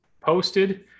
posted